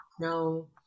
no